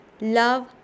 love